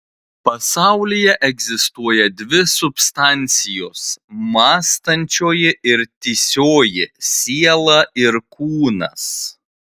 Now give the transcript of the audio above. pasaulyje egzistuoja dvi substancijos mąstančioji ir tįsioji siela ir kūnas